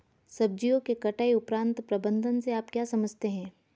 सब्जियों के कटाई उपरांत प्रबंधन से आप क्या समझते हैं?